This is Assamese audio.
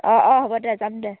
অঁ অঁ হ'ব দে যাম দে